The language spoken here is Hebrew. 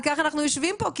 על כך אנחנו יושבים פה,